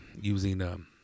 using